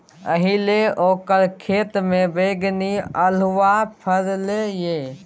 एहिबेर ओकर खेतमे बैगनी अल्हुआ फरलै ये